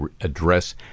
address